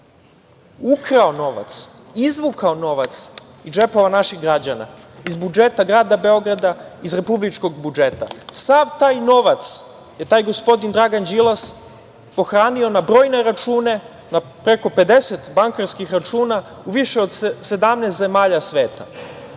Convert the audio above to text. ukrao novac, izvukao novac iz džepova naših građana, iz budžeta grada Beograda, iz republičkog budžeta. Sav taj novac je taj gospodin Dragan Đilas pohranio na brojne račune, na preko 50 bankarskih računa u više od 17 zemalja sveta.